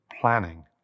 planning